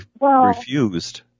refused